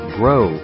grow